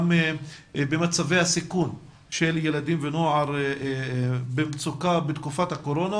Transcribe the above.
במצבי הסיכון של ילדים ונוער במצוקה בתקופת הקורונה